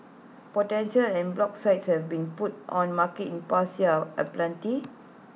potential en bloc sites have been put on the market in the past year are aplenty